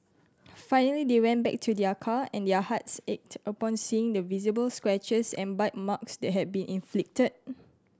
finally they went back to their car and their hearts ached upon seeing the visible scratches and bite marks that had been inflicted